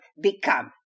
become